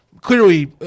clearly